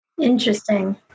Interesting